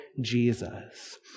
Jesus